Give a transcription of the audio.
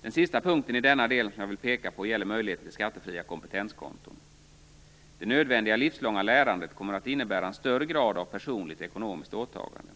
Den sista punkten i den del som jag vill peka på gäller möjligheten till skattefria kompetenskonton. Det nödvändiga livslånga lärandet kommer att innebära en större grad av personligt ekonomiskt åtagande.